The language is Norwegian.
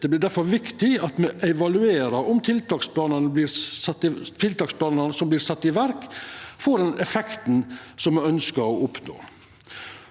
Det vert difor viktig at me evaluerer om tiltaksplanane som vert sette i verk, får den effekten me ønskjer å oppnå.